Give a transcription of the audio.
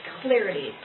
clarity